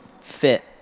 fit